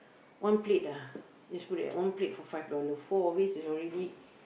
one plate ah let's put it at one plate for five dollar four of it is already